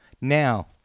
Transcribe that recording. now